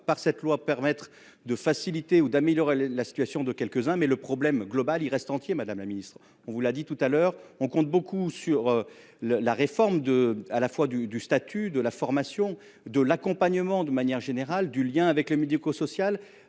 par cette loi, permettre de faciliter ou d'améliorer la situation de quelques-uns. Mais le problème global il reste entier Madame la Ministre on vous l'a dit tout à l'heure, on compte beaucoup sur le, la réforme de à la fois du, du statut de la formation de l'accompagnement de manière générale du lien avec le médico-social